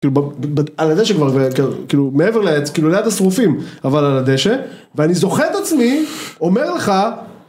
כאילו על הדשא כבר, כאילו מעבר לעץ השרופים, אבל על הדשא ואני זוכה את עצמי אומר לך